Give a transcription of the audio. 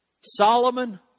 Solomon